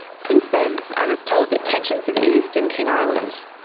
since then, i was told that tensions have eased in king island.